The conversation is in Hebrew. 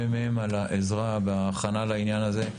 לממ"מ על העזרה וההכנה לעניין הזה,